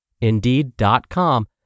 Indeed.com